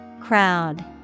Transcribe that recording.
Crowd